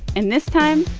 and this time,